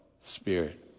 spirit